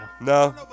No